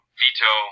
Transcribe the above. veto